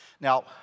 Now